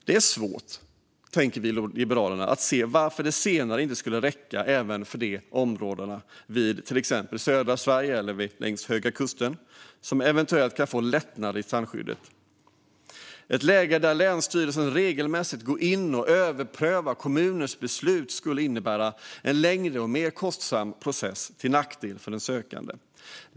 Det är svårt, tycker vi i Liberalerna, att se varför det senare inte skulle räcka även för de områden till exempel i södra Sverige eller längs Höga kusten som eventuellt kan få lättnader i strandskyddet. Ett läge där länsstyrelsen regelmässigt går in och överprövar kommuners beslut skulle innebära en längre och mer kostsam process till nackdel för den sökande.